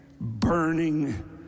burning